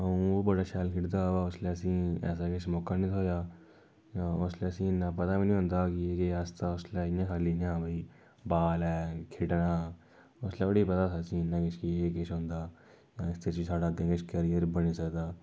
अ'ऊं ओह् बड़ा शैल खेढदा हा उसले असेंगी ऐसा किश मौका नेईं थ्होआ उसले असेंगी इन्ना पता बी नेईं होंदा हा कि अस ते उसले खाली इ'यां है भाई बाल ऐ ते खेढा ने हां उसले थोह्डा पता हा इन्ना कि एह् किश होंदा इस च बी अग्गें साढ़ा किश कैरियर बनी सकदा